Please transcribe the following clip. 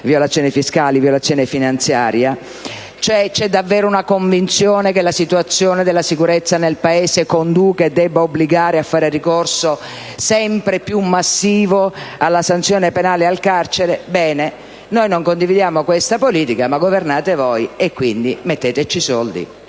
violazioni fiscali e finanziarie. Mi chiedo se ci sia davvero la convinzione che la situazione della sicurezza nel Paese conduca e debba obbligare a fare un ricorso sempre più massivo alla sanzione penale e al carcere. Noi non condividiamo questa politica, ma governate voi, e quindi metteteci i soldi,